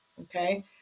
Okay